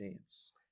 dance